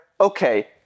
okay